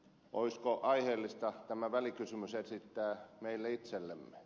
olisiko aiheellista tämä välikysymys esittää meille itsellemme